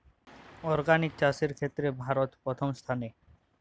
organic চাষের ক্ষেত্রে ভারত প্রথম স্থানে